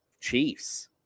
Chiefs